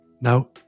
Now